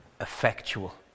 effectual